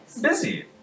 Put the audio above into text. Busy